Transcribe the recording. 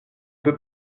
peut